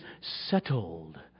settled